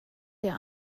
der